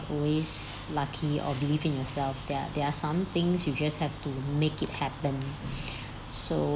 always lucky or believe in yourself there are there are some things you just have to make it happen so